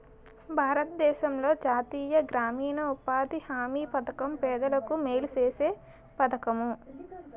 భారతదేశంలో జాతీయ గ్రామీణ ఉపాధి హామీ పధకం పేదలకు మేలు సేసే పధకము